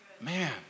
Man